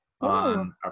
on